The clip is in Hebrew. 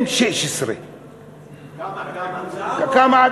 M-16. כמה?